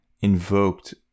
invoked